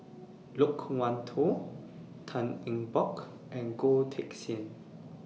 Loke Wan Tho Tan Eng Bock and Goh Teck Sian